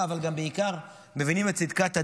אבל גם בעיקר מבינים את צדקת הדרך.